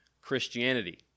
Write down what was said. Christianity